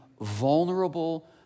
vulnerable